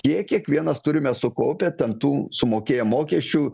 jei kiekvienas turime sukaupę ten tų sumokėjom mokesčių